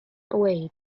away